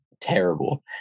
terrible